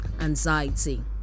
anxiety